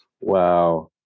wow